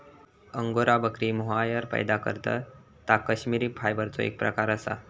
angora बकरी mohair पैदा करतत ता कश्मिरी फायबरचो एक प्रकार असा